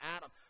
Adam